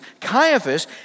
Caiaphas